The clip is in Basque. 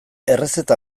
errezeta